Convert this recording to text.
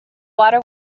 water